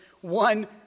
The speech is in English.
one